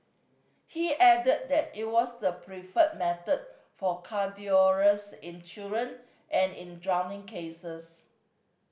he added that it was the preferred method for cardiac arrest in children and in drowning cases